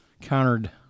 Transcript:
countered